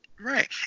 Right